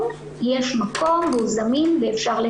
הרצף הזה יש מגוון מאוד גדול של תכניות שמשרד הרווחה